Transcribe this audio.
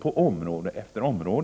på område efter område.